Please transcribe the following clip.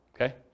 Okay